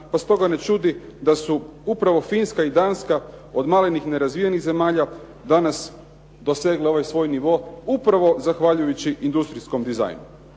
pa stoga ne čudi da su upravo Finska i Danska od malenih nerazvijenih zemalja danas dosegle ovaj svoj nivo upravo zahvaljujući industrijskom dizajnu.